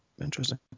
Interesting